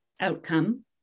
outcome